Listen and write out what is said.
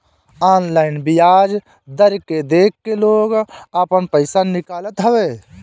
online बियाज दर के देख के लोग आपन पईसा निकालत हवे